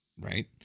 Right